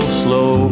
slow